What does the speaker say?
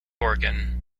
oregon